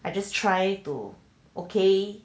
I just try to okay